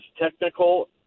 technical